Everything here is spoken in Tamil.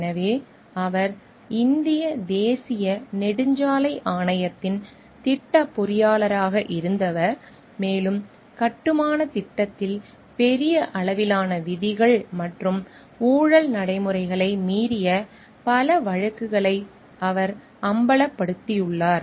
எனவே அவர் இந்திய தேசிய நெடுஞ்சாலை ஆணையத்தின் திட்டப் பொறியாளராக இருந்தவர் மேலும் கட்டுமானத் திட்டத்தில் பெரிய அளவிலான விதிகள் மற்றும் ஊழல் நடைமுறைகளை மீறிய பல வழக்குகளை அவர் அம்பலப்படுத்தியுள்ளார்